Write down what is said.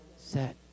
set